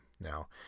Now